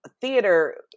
theater